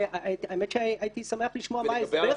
והאמת שהייתי שמח לשמוע מה ההסבר לזה.